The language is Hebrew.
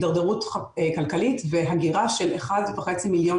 התדרדרות כלכלית והגירה של 1.5 מיליון